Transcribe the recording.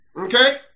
Okay